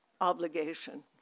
obligation